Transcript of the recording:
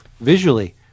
visually